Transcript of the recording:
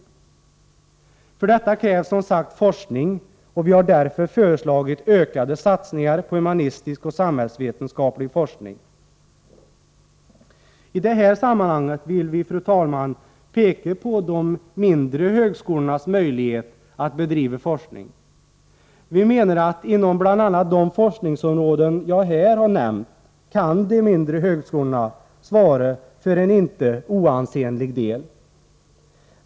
För att åstadkomma detta krävs som sagt forskning, och vi har därför föreslagit ökade satsningar på humanistisk och samhällsvetenskaplig forskning. Fru talman! I det här sammanhanget vill vi peka på de mindre högskolor Forskningsoch utnas möjlighet att bedriva forskning. Vi menar att de mindre högskolorna kan vecklingsverksamsvara för en inte oansenlig del inom bl.a. de forskningsområden som jag här fet har nämnt.